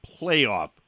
playoff